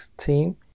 team